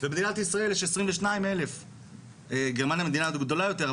ובמדינת ישראל יש 22,000. גרמניה מדינה גדולה יותר,